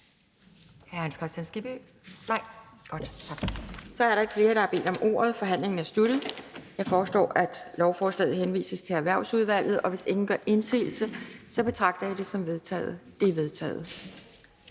Så er der ikke flere, der har bedt om ordet. Forhandlingen er sluttet. Jeg foreslår, at lovforslaget henvises til Erhvervsudvalget, og hvis ingen gør indsigelse, betragter jeg det som vedtaget. Det er vedtaget.